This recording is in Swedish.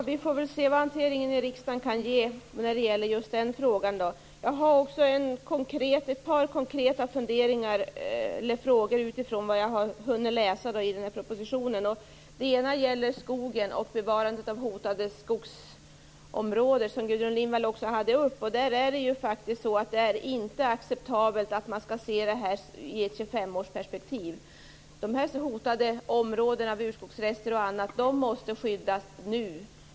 Herr talman! Vi får se vad hanteringen i riksdagen kan ge när det gäller just den frågan. Jag har också ett par konkreta frågor utifrån vad jag har hunnit läsa i propositionen. Den ena frågan gäller skogen och bevarandet av hotade skogsområden, som Gudrun Lindvall också tog upp. Det är inte acceptabelt att se det här i ett 25-årsperspektiv. De hotade områdena, med urskogsrester och annat, måste skyddas nu.